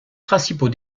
principaux